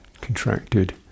contracted